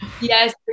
Yes